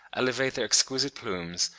elevate their exquisite plumes,